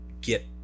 get